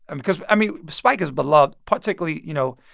and because, i mean, spike is beloved, particularly, you know,